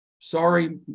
Sorry